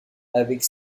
avec